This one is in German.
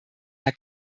herr